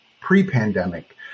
pre-pandemic